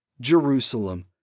Jerusalem